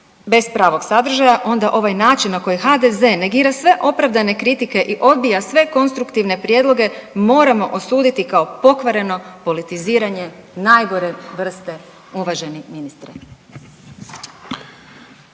bez pravog sadržaja onda ovaj način na koji HDZ negira sve opravdane kritike i odbija sve konstruktivne prijedloge moramo osuditi kao pokvareno politiziranje najgore vrste uvaženi ministre.